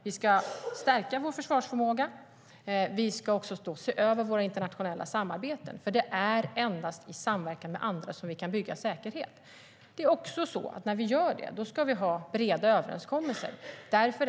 Vi ska stärka vår försvarsförmåga. Vi ska också se över våra internationella samarbeten, för det är endast i samverkan med andra som vi kan bygga säkerhet. När vi gör det ska vi ha breda överenskommelser.